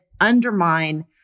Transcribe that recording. undermine